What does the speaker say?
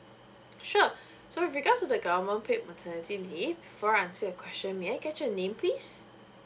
sure so with regards to the government paid maternity leave before I answer your question may I get your name please